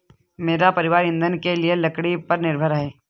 मेरा परिवार ईंधन के लिए लकड़ी पर निर्भर है